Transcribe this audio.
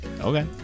okay